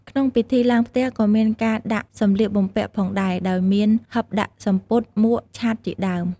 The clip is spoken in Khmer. ក្នុងពិធីឡើងផ្ទះក៏មានការដាក់សម្លៀកបំពាក់ផងដែរ ដោយមាន ហិបដាក់សំពត់ មួក ឆ័ត្រជាដើម។